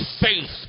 faith